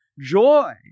joy